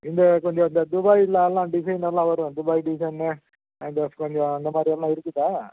இந்த கொஞ்சம் இந்த துபாய்லலாம் டிசைன் எல்லாம் வரும் துபாய் டிசைன்னு அந்த கொஞ்சம் அந்தமாதிரி எல்லாம் இருக்குதா